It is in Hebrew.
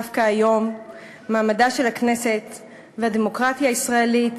מעמדה של הכנסת והדמוקרטיה הישראלית